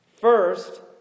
First